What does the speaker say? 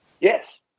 Yes